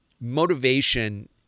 motivation